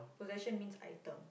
possession means item